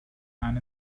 and